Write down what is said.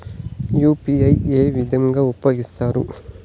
UPI ఏ విధంగా ఉపయోగిస్తారు?